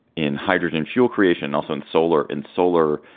in hydrogen fuel creation, also in solar and solar